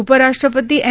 उपराष्ट्रपती एम